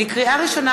לקריאה ראשונה,